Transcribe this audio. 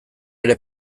ere